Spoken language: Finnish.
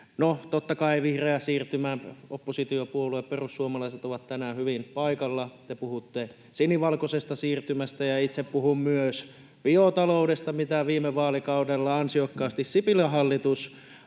totta kai vihreä siirtymä. Oppositiopuolue perussuomalaiset on tänään hyvin paikalla — te puhutte sinivalkoisesta siirtymästä [Leena Meri: Aivan oikein!] ja itse puhun myös biotaloudesta, mitä viime vaalikaudella ansiokkaasti Sipilän hallitus